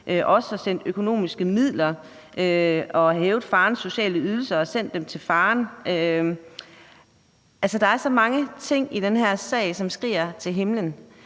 også have sendt økonomiske midler og have hævet farens sociale ydelser og sendt dem til faren. Altså, der er så mange ting i den her sag, som skriger til himlen,